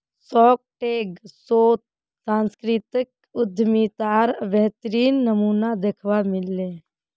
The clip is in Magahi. शार्कटैंक शोत सांस्कृतिक उद्यमितार बेहतरीन नमूना दखवा मिल ले